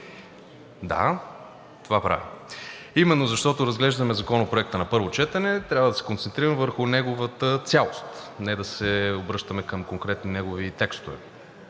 народно събрание. Именно защото разглеждаме Законопроекта на първо четене, трябва да се концентрираме по неговата цялост. Не да се обръщаме към конкретни негови текстове